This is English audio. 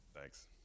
Thanks